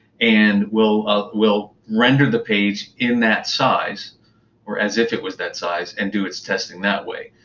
and will ah will render the page in that size or as if it was that size, and do it's testing that way.